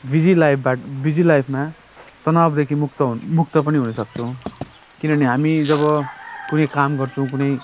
busy लाइफबाट busy लाइफमा तनावदेखि मुक्त हुन मुक्त पनि हुन सक्छौँ किनभने हामी जब कुनै काम गर्छौँ कुनै